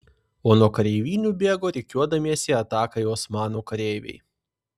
o nuo kareivinių bėgo rikiuodamiesi atakai osmanų kareiviai